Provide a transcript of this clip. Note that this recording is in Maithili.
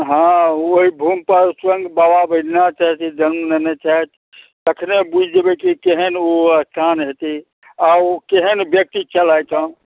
हँ ओहि भूमिपर स्वयं बाबा वैद्यनाथ एज ए जनम लेने छथि तखने बुझि जएबै कि केहन ओ अस्थान हेतै आओर ओ केहन व्यक्ति छलथि हँ